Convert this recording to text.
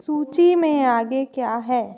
सूची में आगे क्या है